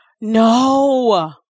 No